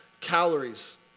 calories